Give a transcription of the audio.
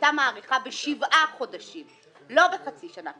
שהייתה מאריכה בשבעה חודשים ולא בחצי שנה.